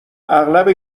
اغلب